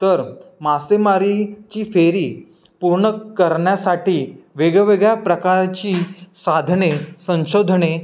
तर मासेमारीची फेरी पूर्ण करण्यासाठी वेगवेगळ्या प्रकारची साधने संशोधने